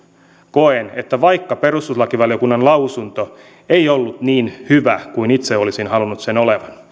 koen että perustuslakivaliokunnan lausunto ei ollut niin hyvä kuin itse olisin halunnut sen olevan